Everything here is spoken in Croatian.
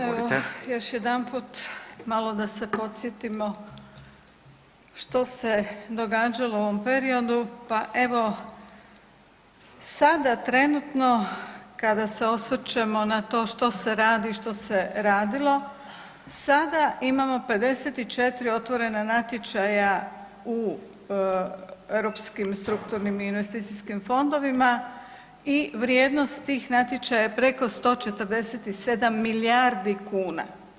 Evo još jedanput malo da se podsjetimo što se događalo u ovom periodu, pa evo sada trenutno kada se osvrćemo na to što se radi, što se radilo, sada imamo 54 otvorena natječaja u Europskim strukturnim i investicijskim fondovima i vrijednost tih natječaja je preko 147 milijardi kuna.